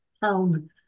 pound